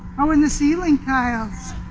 oh, and the ceiling tiles.